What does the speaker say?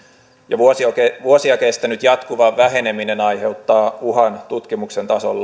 jo vuosia kestänyt jatkuva väheneminen aiheuttaa uhan tutkimuksen tason